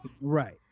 Right